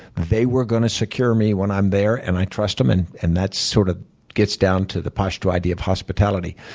they were going to secure me when i'm there, and i trust them, and and that sort of gets down to the pashtu idea of hospitality.